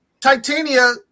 Titania